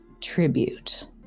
tribute